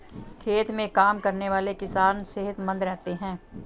खेत में काम करने वाले किसान सेहतमंद रहते हैं